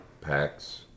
packs